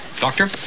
Doctor